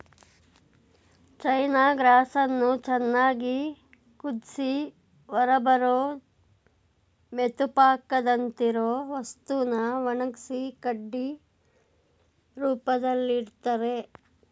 ಚೈನ ಗ್ರಾಸನ್ನು ಚೆನ್ನಾಗ್ ಕುದ್ಸಿ ಹೊರಬರೋ ಮೆತುಪಾಕದಂತಿರೊ ವಸ್ತುನ ಒಣಗ್ಸಿ ಕಡ್ಡಿ ರೂಪ್ದಲ್ಲಿಡ್ತರೆ